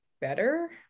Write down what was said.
better